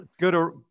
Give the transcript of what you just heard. good